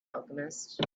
alchemist